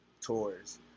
tours